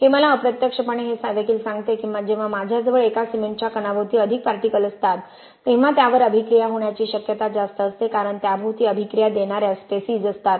हे मला अप्रत्यक्षपणे हे देखील सांगते की जेव्हा माझ्याजवळ एका सिमेंटच्या कणाभोवती अधिक पार्टिकलअसतात तेव्हा त्यावर अभिक्रिया होण्याची शक्यता जास्त असते कारण त्याभोवती अभिक्रिया देणार्या स्पेसीज असतात